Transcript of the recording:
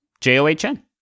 J-O-H-N